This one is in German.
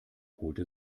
holte